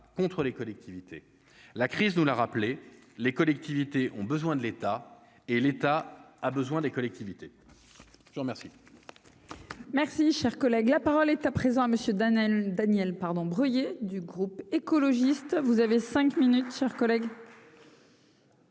contres les collectivités, la crise nous la rappeler les collectivités ont besoin de l'État et l'État a besoin des collectivités, je vous remercie. Merci, cher collègue, la parole est à présent à monsieur Daniel, Daniel, pardon du groupe écologiste, vous avez 5 minutes chers collègues.